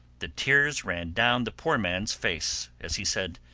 the tears ran down the poor man's face, as he said,